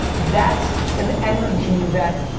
that's an energy that,